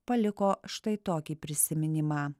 paliko štai tokį prisiminimą